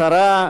10,